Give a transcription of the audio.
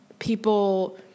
People